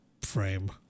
frame